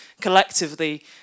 Collectively